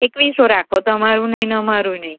એકવીસસો રાખો તમારું નહીં અને અમારુંય નહીં